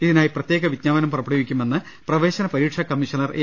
ഇതിനായി പ്രത്യേക വിജ്ഞാപനം പുറപ്പെടുവിക്കുമെന്ന് പ്രവേശന പരീക്ഷാ കമ്മീഷണർ എ